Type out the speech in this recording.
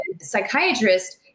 Psychiatrist